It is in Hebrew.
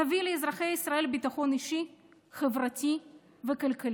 נביא לאזרחי ישראל ביטחון אישי, חברתי וכלכלי.